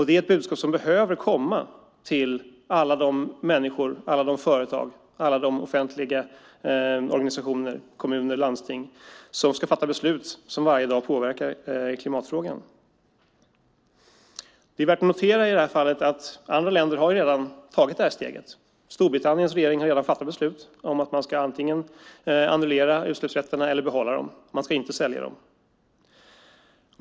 Det är ett budskap som behöver komma till alla de människor, företag och offentliga organisationer, kommuner och landsting som ska fatta beslut som varje dag påverkar klimatfrågan. Det är värt att notera i det här fallet att andra länder redan tagit det steget. Storbritanniens regering har fattat beslut om att man antingen ska annullera utsläppsrätterna eller behålla dem. Man ska inte sälja dem.